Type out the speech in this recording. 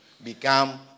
Become